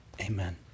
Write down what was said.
Amen